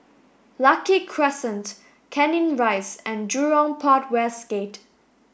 Lucky Crescent Canning Rise and Jurong Port West Gate